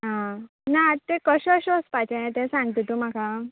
आं ना ते कशें अशें वचपाचें तें सांगता तूं म्हाका